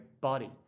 body